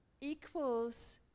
equals